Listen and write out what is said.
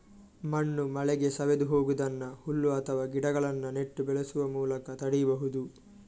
ಮಣ್ಣು ಮಳೆಗೆ ಸವೆದು ಹೋಗುದನ್ನ ಹುಲ್ಲು ಅಥವಾ ಗಿಡಗಳನ್ನ ನೆಟ್ಟು ಬೆಳೆಸುವ ಮೂಲಕ ತಡೀಬಹುದು